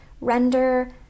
render